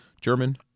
German